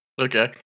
Okay